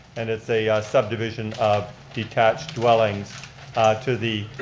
and it's a subdivision of detached dwellings to the